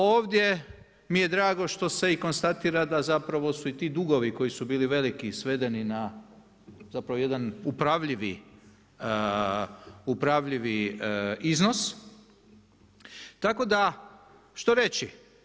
Ovdje mi je drago što se i konstatira da zapravo su i ti dugovi koji su bili veliki, svedeni na zapravo jedan upravljivi iznos, tako da što reći?